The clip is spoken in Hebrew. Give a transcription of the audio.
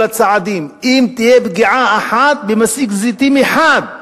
הצעדים אם תהיה פגיעה אחת במסיק זיתים אחד.